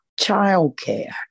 childcare